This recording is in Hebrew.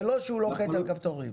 זה לא שהוא לוחץ על כפתורים.